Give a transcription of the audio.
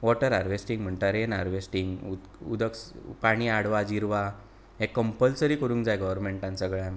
water harvesting म्हणटा rain harvesting उदक पाणी अडवा जिरवा हें कंम्पलसरी करूंक जाय गव्हरमेंटान सगळ्यांक